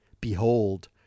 Behold